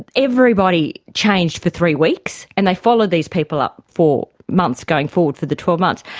and everybody changed for three weeks and they followed these people up for months going forward, for the twelve months.